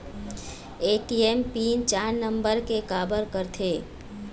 ATM pin चार number के काबर करथे?